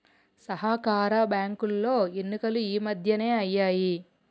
సహకార బ్యాంకులో ఎన్నికలు ఈ మధ్యనే అయ్యాయి